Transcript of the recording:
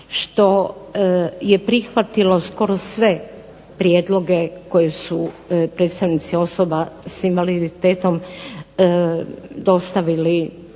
što je prihvatilo skoro sve prijedloge koje su predstavnici osoba s invaliditetom dostavili